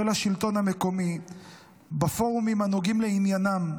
השלטון המקומי בפורומים הנוגעים לעניינם.